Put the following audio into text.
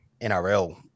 NRL